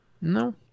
No